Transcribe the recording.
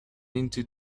into